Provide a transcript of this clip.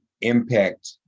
impact